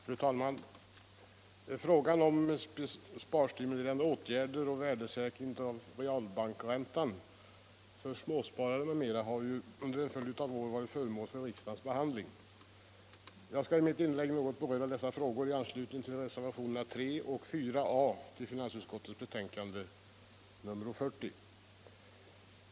Fru talman! Frågan om sparstimulerande åtgärder och värdesäkring av realbankräntan för småsparare m.m. har ju under en följd av år varit föremål för riksdagens behandling. Jag skall i mitt inlägg något beröra dessa frågor i anslutning till reservationerna 3 och 4 A vid finansutskottets betänkande nr 40.